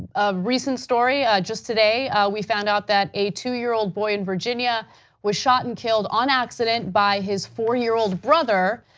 a recent story ah just today we found out that a two-year-old boy in virginia was shot and killed on accident by his four-year-old brother.